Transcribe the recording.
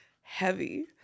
heavy